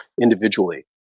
individually